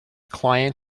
client